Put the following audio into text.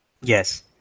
Yes